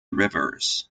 rivers